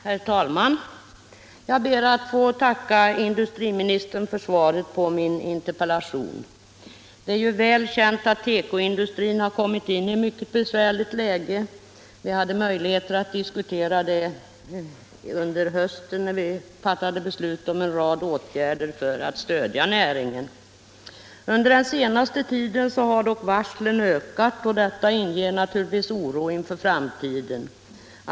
Herr talman! Jag ber att få tacka industriministern för svaret på min interpellation. Det är väl känt att tekoindustrin har kommit i ett mycket besvärligt läge. Vi hade ju under hösten här i kammaren möjligheter att diskutera branschens problem i samband med att riksdagen fattade beslut om en rad åtgärder för att stödja näringen. Under senaste tiden har dock varslen ökat, och detta inger naturligtvis oro inför framtiden.